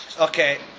Okay